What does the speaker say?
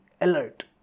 alert